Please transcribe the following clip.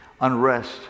unrest